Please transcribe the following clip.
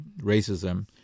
racism